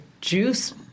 juice